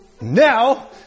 Now